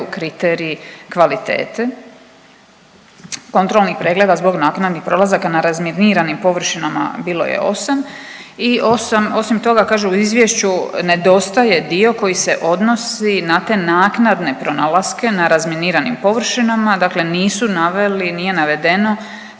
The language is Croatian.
kriteriji kvalitete kontrolnih pregleda zbog naknadnim prolazaka na razminiranim površinama, bilo je 8 i 8, osim toga, kaže u izvješću, nedostaje dio koji se odnosi na te naknade pronalaske na razminiranim površinama, dakle nisu naveli, nije navedeno